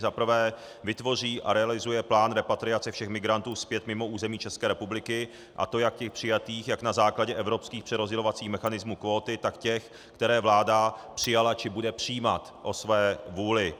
Za prvé vytvoří a realizuje plán repatriace všech migrantů zpět mimo území České republiky, a to jak těch přijatých na základě evropských přerozdělovacích mechanismů kvóty, tak těch, které vláda přijala či bude přijímat o své vůli.